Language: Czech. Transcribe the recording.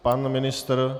Pan ministr?